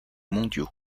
mondiaux